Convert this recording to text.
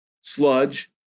sludge